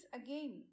again